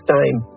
time